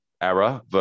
error